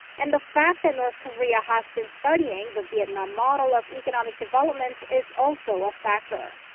and the fact that north korea has been studying the vietnam model of economic development. is also a factor.